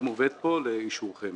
ומובאת כאן לאישורכם.